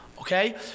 Okay